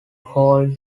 hold